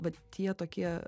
vat tie tokie